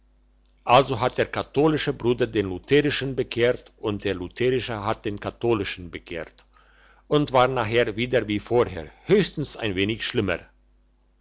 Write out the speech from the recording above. also hat der katholische bruder den lutherischen bekehrt und der lutherische hat den katholischen bekehrt und war nachher wieder wie vorher höchstens ein wenig schlimmer